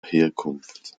herkunft